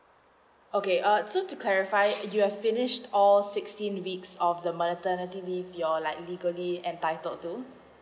okay err so to clarify you have finish all sixteen weeks of the maternity leave your like legally entitled to